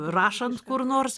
rašant kur nors